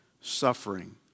Suffering